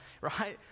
right